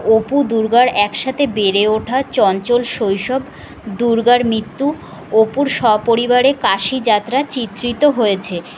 অপু দুর্গার একসাথে বেড়ে ওঠা চঞ্চল শৈশব দুর্গার মৃত্যু অপুর সপরিবারে কাশী যাত্রা চিত্রিত হয়েছে